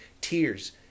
tears